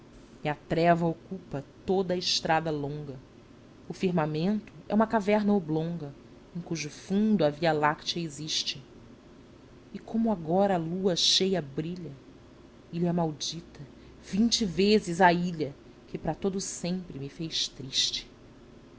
e a treva ocupa toda a estrada longa o firmamento é uma caverna oblonga em cujo fundo a via-láctea existe e como agora a lua cheia brilha ilha maldita vinte vezes a ilha que para todo o sempre me fez triste